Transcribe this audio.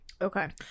Okay